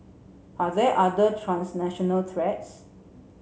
are there other transnational threats